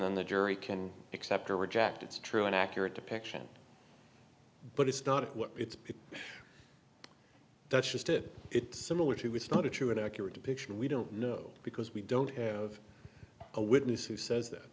then the jury can accept or reject it's true an accurate depiction but it's not what it's been that's just it it's similar to it's not a true and accurate depiction we don't know because we don't have a witness who says that